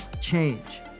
change